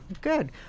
Good